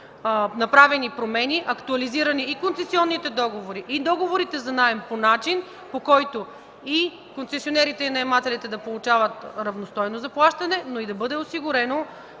направени промени, не са актуализирани и концесионните договори, и договорите за наем по начин, по който и концесионерите, и наемателите да получават равностойно заплащане, но и да бъде осигурено